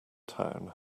town